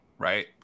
Right